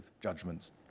judgments